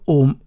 om